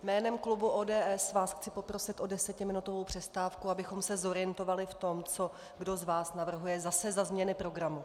Jménem klubu ODS vás chci poprosit o desetiminutovou přestávku, abychom se zorientovali v tom, co kdo z vás navrhuje zase za změny programu.